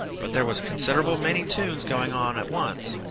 but there was considerable many tunes going on at once,